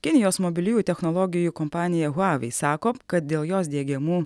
kinijos mobiliųjų technologijų kompanija huavei sako kad dėl jos diegiamų